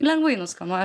lengvai nuskanuoja